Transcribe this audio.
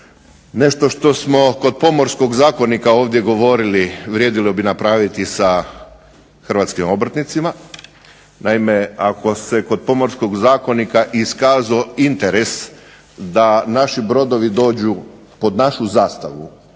nešto što smo kod pomorskog zakonika ovdje govorili vrijedilo bi napraviti sa hrvatskim obrtnicima. Naime ako se kod pomorskog zakonika iskazao interes da naši brodovi dođu pod našu zastavu,